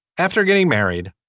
after getting married.